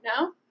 No